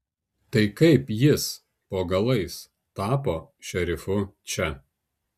tai kaip jis po galais tapo šerifu čia